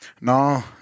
no